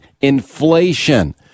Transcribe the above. inflation